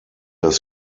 das